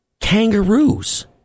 Kangaroos